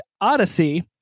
Odyssey